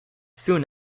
soon